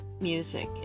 music